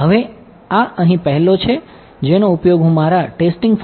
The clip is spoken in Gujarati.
હવે આ અહીં પહેલો છે જેનો ઉપયોગ હું મારા ટેસ્ટિંગ